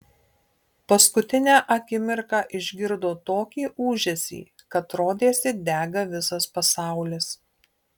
paskutinę akimirką išgirdo tokį ūžesį kad rodėsi dega visas pasaulis